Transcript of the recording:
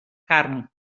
carn